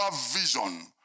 vision